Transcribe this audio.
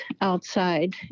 outside